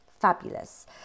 Fabulous